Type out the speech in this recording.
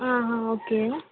okay